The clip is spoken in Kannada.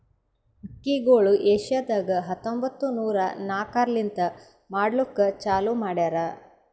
ಅಕ್ಕಿಗೊಳ್ ಏಷ್ಯಾದಾಗ್ ಹತ್ತೊಂಬತ್ತು ನೂರಾ ನಾಕರ್ಲಿಂತ್ ಮಾಡ್ಲುಕ್ ಚಾಲೂ ಮಾಡ್ಯಾರ್